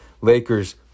Lakers